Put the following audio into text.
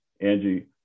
Angie